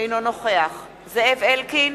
אינו נוכח זאב אלקין,